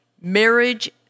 marriage